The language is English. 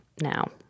now